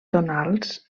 tonals